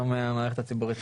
אומר, שאני חושבת